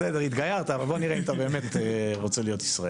בסדר התגיירת אבל בוא נראה אם אתה באמת רוצה להיות ישראלי.